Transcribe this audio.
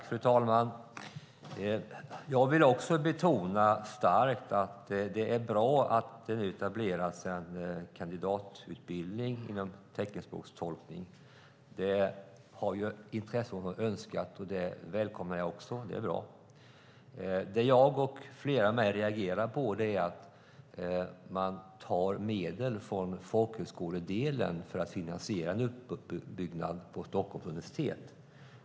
Fru talman! Jag vill också starkt betona att det är bra att det nu etableras en kandidatutbildning i teckenspråkstolkning. Det har intresseorganisationerna önskat, och jag välkomnar detta. Det är bra. Det jag och flera med mig reagerar på är att man tar medel från folkhögskoledelen för att finansiera en uppbyggnad vid Stockholms universitet.